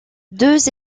deux